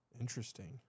Interesting